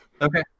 Okay